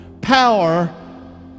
Power